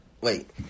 wait